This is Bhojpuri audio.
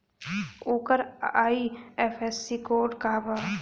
ओकर आई.एफ.एस.सी कोड का बा?